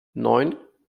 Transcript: neun